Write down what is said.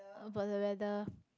about the weather